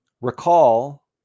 Recall